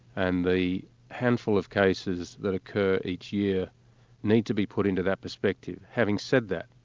and the handful of cases that occur each year need to be put into that perspective. having said that,